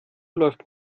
läuft